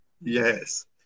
Yes